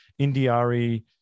Indiari